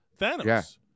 Thanos